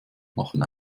machen